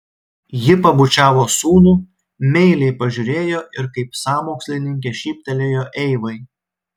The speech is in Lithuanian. ji pabučiavo sūnų meiliai pažiūrėjo ir kaip sąmokslininkė šyptelėjo eivai